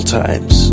times